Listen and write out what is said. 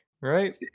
Right